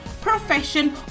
profession